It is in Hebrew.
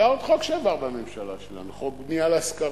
היה עוד חוק שעבר בממשלה שלנו, חוק בנייה והשכרה,